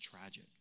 tragic